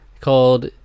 called